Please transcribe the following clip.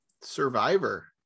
survivor